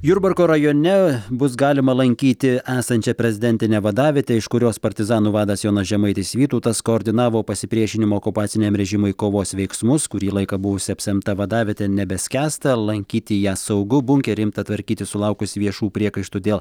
jurbarko rajone bus galima lankyti esančią prezidentinę vadavietę iš kurios partizanų vadas jonas žemaitis vytautas koordinavo pasipriešinimo okupaciniam režimui kovos veiksmus kurį laiką buvusi apsemta vadavietė nebeskęsta lankyti ją saugu bunkerį imta tvarkyti sulaukus viešų priekaištų dėl